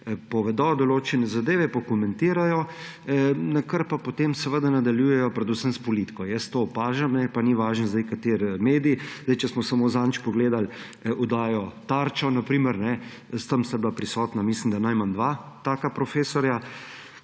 povedo določene zadeve, pokomentirajo, nakar pa potem seveda nadaljujejo predvsem s politiko. Jaz to opažam, pa ni važno zdaj, kateri je medij. Če smo samo zadnjič pogledali oddajo Tarča, na primer. Tam sta bila prisotna, mislim da, najmanj dva taka profesorja,